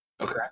Okay